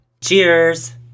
Cheers